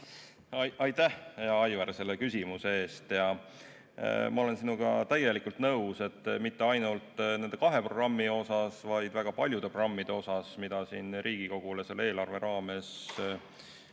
Aitäh, hea Aivar, selle küsimuse eest! Ma olen sinuga täielikult nõus, et mitte ainult nende kahe programmi osas, vaid väga paljude programmide osas, mida siin Riigikogule selle eelarve raames esitleti,